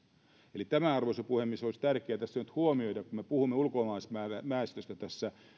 eli arvoisa puhemies olisi tärkeää tässä nyt huomioida kun me puhumme ulkomaalaisväestöstä